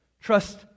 Trust